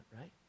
right